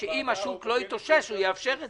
שאם השוק לא יתאושש הוא יאפשר את